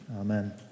Amen